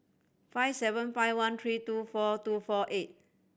five seven five one three two four two four eight